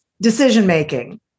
decision-making